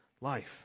life